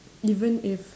even if